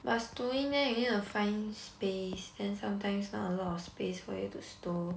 but stowing eh you need to find space then sometimes not a lot of space for you to stow